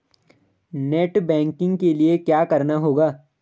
Net banking के लिए क्या करना होगा?